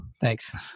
Thanks